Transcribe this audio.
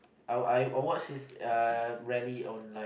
I I I watch his uh rally on like